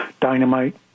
dynamite